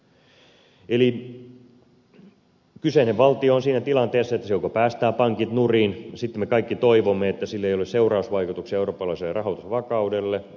eli kyseinen valtio on siinä tilanteessa että se joko päästää pankit nurin sitten me kaikki toivomme että sillä ei ole seurausvaikutuksia ole se raha vakaudelle